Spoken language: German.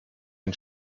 den